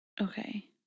okay